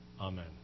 Amen